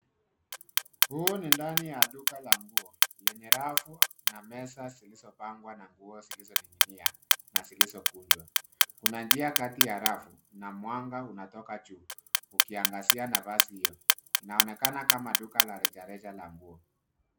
Huu ni ndani ya duka la nguo lenye rafu na meza zilizopangwa na nguo zilizoning'inia na zilizokunjwa. Kuna njia kati ya rafu na mwanga unatoka juu ukiangazia nafasi hiyo. Inaonekana kama duka la rejareja la nguo.